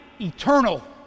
eternal